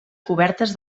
cobertes